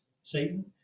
Satan